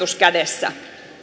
todistus kädessä